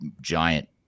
giant